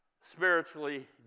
spiritually